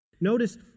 Notice